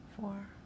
four